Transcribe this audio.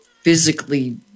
physically